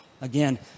Again